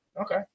Okay